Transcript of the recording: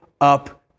up